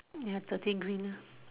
ya dirty green mah